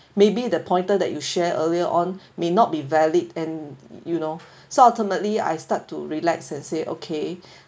maybe the pointer that you share earlier on may not be valid and you know so ultimately I start to relax and say okay